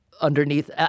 underneath